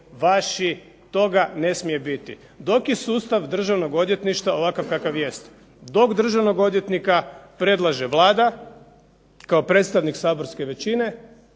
vaši, toga ne smije biti, dok je sustav državnog odvjetništva ovakav kakav jest. Dok državnog odvjetnika predlaže Vlada kao predstavnik saborske većine,